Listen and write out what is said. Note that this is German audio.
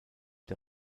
der